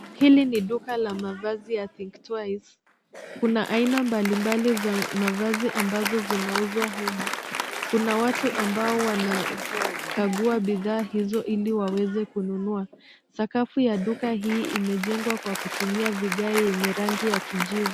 Hili ni duka la mavazi ya Think Twice. Kuna aina mbalimbali za mavazi ambazo zinauzwa humu. Kuna watu ambao wanakagua bidhaa hizo ili waweze kununua. Sakafu ya duka hii imejengwa kwa kutumia vigae yenye rangi ya kijivu.